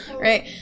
right